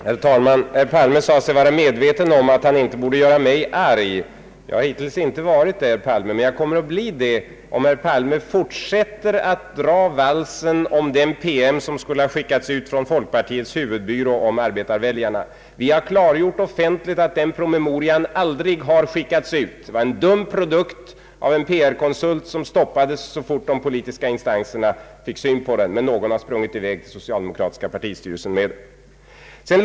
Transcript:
Herr talman! Herr Palme sade sig vara medveten om att han inte borde göra mig arg. Jag har hittills inte varit det, herr Palme, men jag kommer att bli det, om herr Palme fortsätter att dra valsen om den promemoria som skulle ha skickats ut från folkpartiets huvudbyrå om arbetarväljarna. Vi har offentligt klargjort att denna promemoria aldrig har skickats ut. Det var en dum produkt av en PR-konsult, och den stoppades så fort de politiska instanserna fick syn på den, men någon har sprungit i väg till socialdemokratiska partistyrelsen med den.